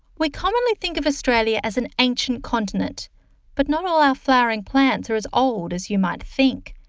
we commonly think of australia as an ancient continent but not all our flowering plants are as old as you might think.